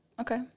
Okay